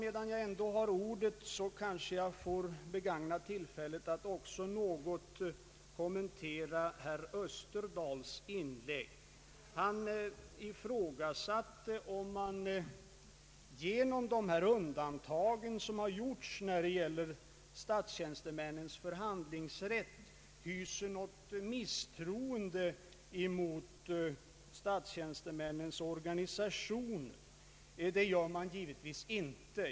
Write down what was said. Medan jag ändå har ordet vill jag begagna tillfället att något kommentera herr Österdahls inlägg. Han ifrågasatte om man genom de undantag som gjorts när det gäller statstjänstemännens förhandlingsrätt hyser någon misstro mot statstjänstemännens organisationer. Det gör man givetvis inte.